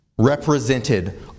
Represented